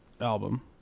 album